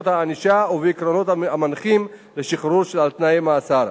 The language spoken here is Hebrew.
הענישה ובעקרונות המנחים לשחרור על-תנאי ממאסר.